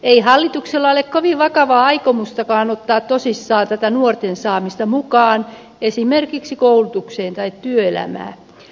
ei hallituksella ole kovin vakavaa aikomustakaan ottaa tosissaan tätä nuorten saamista mukaan esimerkiksi koulutukseen tai työelämään